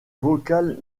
vocable